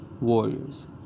Warriors